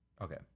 Okay